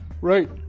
Right